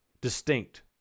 distinct